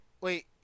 wait